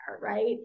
right